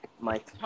Mike